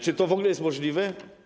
Czy to w ogóle jest możliwe?